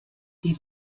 die